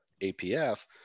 APF